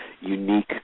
unique